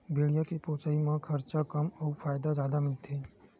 भेड़िया के पोसई म खरचा कम अउ फायदा जादा मिलथे